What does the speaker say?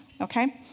Okay